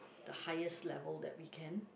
the highest level that we can